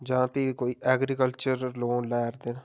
जां फ्ही कोई ऐग्रीकल्चर लोन लै'रदे न